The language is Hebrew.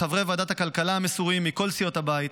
לחברי ועדת הכלכלה המסורים מכל סיעות הבית,